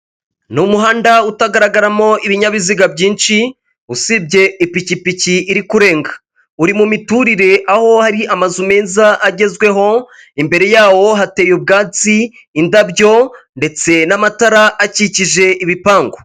Ni umuhanda utagaragaramo ibinyabiziga byinshi usibye ipikipiki iri kurenga uri mu miturire, aho hari amazu meza agezweho imbere yawo hateye ubwatsi indabyo ndetse n'amatara akikije ibipangu.